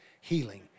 healing